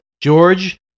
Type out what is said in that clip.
George